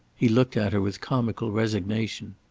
he looked at her with comical resignation.